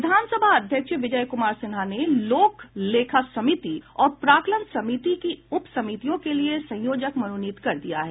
विधानसभा अध्यक्ष विजय कुमार सिन्हा ने लोक लेखा समिति और प्राक्कलन समिति की उप समितियों के लिए संयोजक मनोनीत कर दिया है